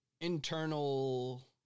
internal